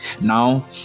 now